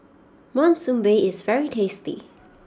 Monsunabe is very tasty